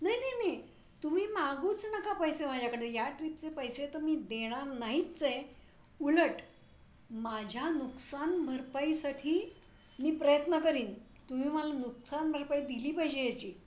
नाही नाही नाही तुम्ही मागूच नका पैसे माझ्याकडे या ट्रीपचे पैसे तर मी देणार नाहीच आहे उलट माझ्या नुकसान भरपाईसाठी मी प्रयत्न करीन तुम्ही मला नुकसान भरपाई दिली पाहिजे याची